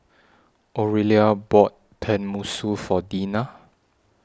Orelia bought Tenmusu For Deana